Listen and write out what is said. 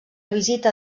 visita